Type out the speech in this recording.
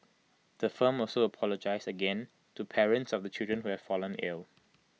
the firm also apologised again to parents of the children who have fallen ill